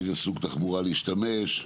באיזה סוג תחבורה להשתמש,